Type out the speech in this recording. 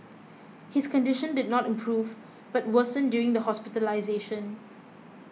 his condition did not improve but worsened during the hospitalisation